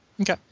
Okay